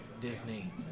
Disney